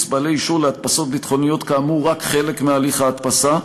בעלי אישור להדפסות ביטחוניות כאמור רק חלק מתהליך ההדפסה,